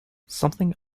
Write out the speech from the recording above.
something